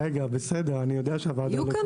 אני יודע שהוועדה לא קובעת.